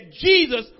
Jesus